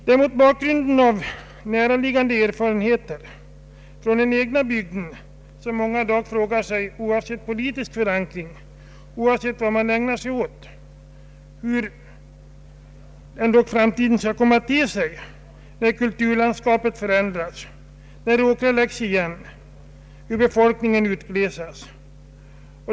Det är mot bakgrunden av näraliggande erfarenheter från den egna bygden som många i dag frågar sig — oavsett politisk förankring och oavsett vad de ägnar sig åt — hur framtiden skall komma att te sig när kulturlandskapet förändras, när åkrar läggs igen och befolkningen utglesas.